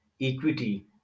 equity